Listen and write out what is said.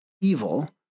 evil